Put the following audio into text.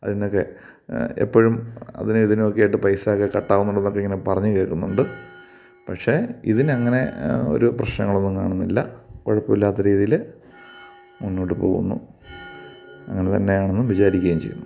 അതീന്നൊക്കെ എപ്പോഴും അതിനും ഇതിനൊക്കെ ആയിട്ട് പൈസയൊക്കെ കട്ടാകുന്നുണ്ടെന്നിങ്ങനെ പറഞ്ഞ് കേള്ക്കുന്നുണ്ട് പക്ഷേ ഇതിനങ്ങനെ ഒരു പ്രശ്നങ്ങളൊന്നും കാണുന്നില്ല കുഴപ്പവുമില്ലാത്ത രീതിയില് മുന്നോട്ട് പോകുന്നു അങ്ങനെ തന്നെ ആണെന്നും വിചാരിക്കുകയും ചെയ്യുന്നു